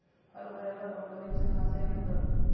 हरभऱ्याला बंगाली चना असेही म्हणतात